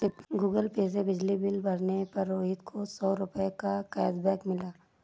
Google Pay से बिजली bill भरने पर रोहित को सौ रूपए का कैशबैक मिला